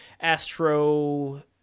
astro